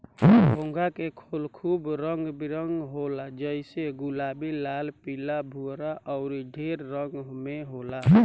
घोंघा के खोल खूब रंग बिरंग होला जइसे गुलाबी, लाल, पीला, भूअर अउर ढेर रंग में होला